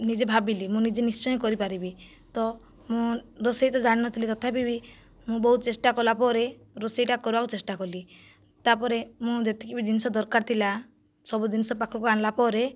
ନିଜେ ଭାବିଲି ମୁଁ ନିଜେ ନିଶ୍ଚୟ କରିପାରିବି ତ ମୁଁ ରୋଷେଇ ତ ଜାଣିନଥିଲି ତଥାପି ବି ମୁଁ ବହୁତ ଚେଷ୍ଟା କଲାପରେ ରୋଷେଇଟା କରିବାକୁ ଚେଷ୍ଟା କଲି ତା'ପରେ ମୁଁ ଯେତିକିବି ଜିନିଷ ଦରକାର ଥିଲା ସବୁ ଜିନିଷ ପାଖକୁ ଆଣିଲା ପରେ